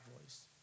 voice